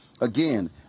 again